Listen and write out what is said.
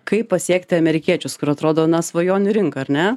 kaip pasiekti amerikiečius kur atrodo na svajonių rinka ar ne